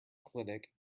clinic